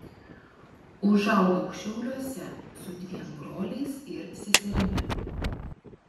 užaugau šiauliuose su dviem broliais ir seserimi